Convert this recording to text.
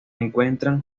encuentran